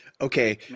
Okay